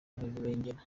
rubengera